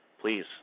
please